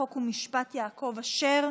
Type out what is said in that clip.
חוק ומשפט יעקב אשר.